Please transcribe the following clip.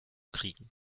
kriegen